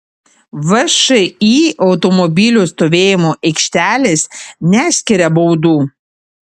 všį automobilių stovėjimo aikštelės neskiria baudų